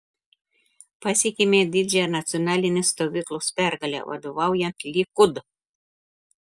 pasiekėme didžią nacionalinės stovyklos pergalę vadovaujant likud